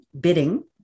bidding